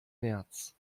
märz